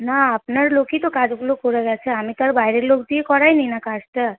না আপনার লোকই তো কাজগুলো করে গেছে আমি তো আর বাইরের লোক দিয়ে করাই নিই না কাজটা